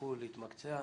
ותמשיכו להתמקצע.